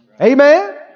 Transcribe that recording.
Amen